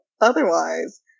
otherwise